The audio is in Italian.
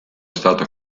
stato